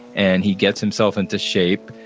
and he gets himself into shape.